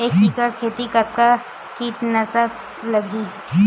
एक एकड़ खेती कतका किट नाशक लगही?